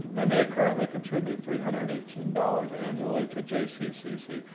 and they currently contribute three hundred and eighteen dollars annually to jccc.